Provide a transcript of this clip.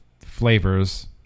flavors